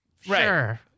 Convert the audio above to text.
Sure